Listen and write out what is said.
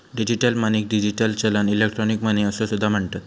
digital मनीक digital चलन, electronic money असो सुद्धा म्हणतत